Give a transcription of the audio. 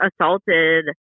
assaulted